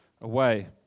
away